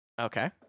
Okay